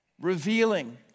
revealing